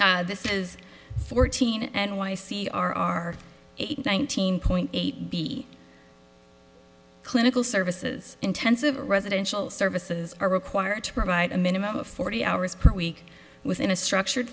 t this is fourteen and y c r r eight nineteen point eight b clinical services intensive residential services are required to provide a minimum of forty hours per week within a structured